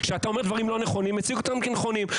-- שאתה אומר דברים לא נכונים ומציג אותם כנכונים.